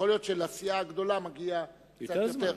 יכול להיות שלסיעה הגדולה מגיע יותר זמן.